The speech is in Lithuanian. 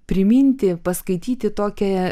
priminti paskaityti tokią